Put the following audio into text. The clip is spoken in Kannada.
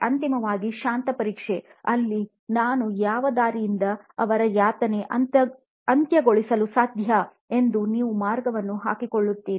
ಅಂತಿಮವಾಗಿ ಶಾಂತ ಪರೀಕ್ಷೇ ಅಲ್ಲಿ ನಾನು ಯಾವ ದಾರಿಯಿಂದ ಅವರ ಯಾತನೆ ಅಂತ್ಯಗೊಳಿಸಲು ಸಾಧ್ಯ ಎಂದು ನೀವು ಮಾರ್ಗವನ್ನು ಹಾಕಿಕೊಳ್ಳುತ್ತೀರಿ